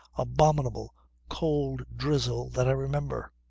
abominable cold drizzle that i remember.